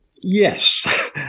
yes